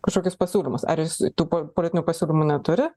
kažkokius pasiūlymus ar jis tų pa politinių pasiūlymų neturi